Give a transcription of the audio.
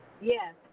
Yes